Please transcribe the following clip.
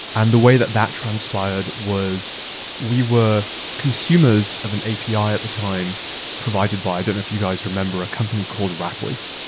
and the way that that transpired was we were consumers of an api at the time provided by then, if you guys remember, a company called rapleaf.